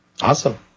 Awesome